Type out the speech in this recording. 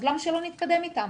אז למה שלא נתקדם איתם?